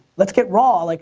let's get raw, like